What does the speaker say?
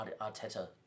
Arteta